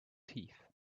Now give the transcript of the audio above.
teeth